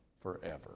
forever